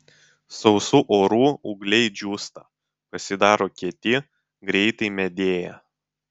sausu oru ūgliai džiūsta pasidaro kieti greitai medėja